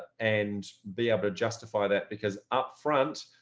and be able to justify that because up front,